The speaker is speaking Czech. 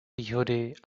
výhody